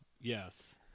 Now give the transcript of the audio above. yes